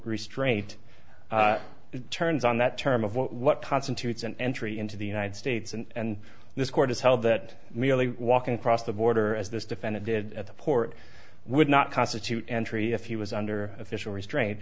restraint turns on that term of what constitutes an entry into the united states and this court has held that merely walking across the border as this defendant did at the port would not constitute entry if he was under official restraint